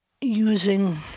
using